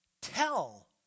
Tell